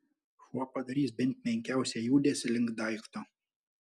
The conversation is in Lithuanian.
šuo padarys bent menkiausią judesį link daikto